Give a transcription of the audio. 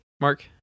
Mark